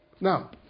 Now